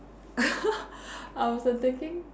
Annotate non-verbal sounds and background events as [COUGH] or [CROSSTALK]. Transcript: [LAUGHS] I was like thinking